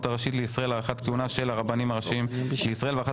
הראשית לישראל (הארכת כהונה של הרבנים הראשיים לישראל והארכת